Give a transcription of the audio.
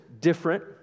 different